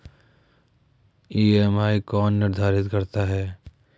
EMI कौन निर्धारित करता है?